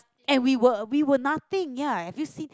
and we were we were nothing ya have you seen